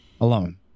alone